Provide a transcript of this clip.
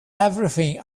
everything